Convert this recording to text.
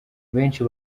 benshi